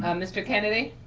um mr. kennedy.